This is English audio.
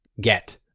Get